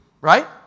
right